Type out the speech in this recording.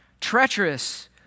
treacherous